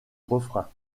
refrain